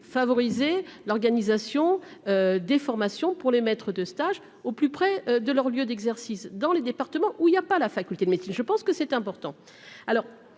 favoriser l'organisation des formations pour les maîtres de stage au plus près de leur lieu d'exercice dans les départements où il y a pas la faculté de médecine, je pense que c'est un